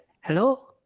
Hello